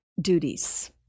duties